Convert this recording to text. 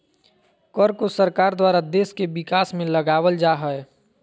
कर को सरकार द्वारा देश के विकास में लगावल जा हय